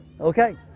Okay